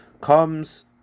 Comes